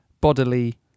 bodily